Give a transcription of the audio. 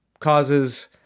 causes